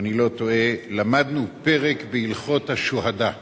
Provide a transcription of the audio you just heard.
אם אני לא טועה, למדנו פרק בהלכות השהאדה.